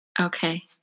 Okay